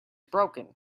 broken